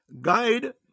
Guide